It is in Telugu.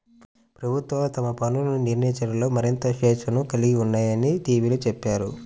ప్రభుత్వాలు తమ పన్నులను నిర్ణయించడంలో మరింత స్వేచ్ఛను కలిగి ఉన్నాయని టీవీలో చెప్పారు